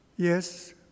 Yes